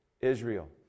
Israel